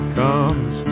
comes